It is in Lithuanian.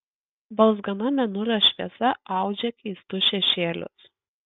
balzgana mėnulio šviesa audžia keistus šešėlius